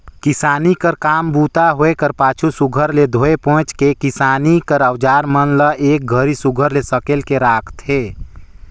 किसानी कर काम बूता होए कर पाछू सुग्घर ले धोए पोएछ के किसानी कर अउजार मन ल एक घरी सुघर ले सकेल के राखथे